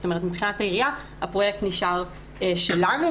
כלומר מבחינת העירייה פרויקט נשאר שלנו.